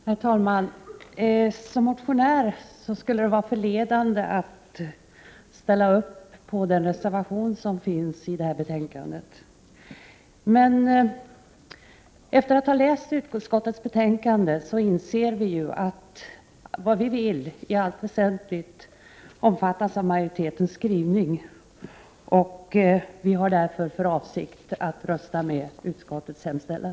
Herr talman! För mig som motionär skulle det vara förledande att ställa upp för den reservation som är fogad till det här betänkandet. Men efter att ha läst utskottets betänkande inser jag att vad vi vill i allt väsentligt omfattas av majoritetens skrivning. Vi har därför för avsikt att rösta för bifall till utskottets hemställan.